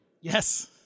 Yes